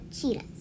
Cheetahs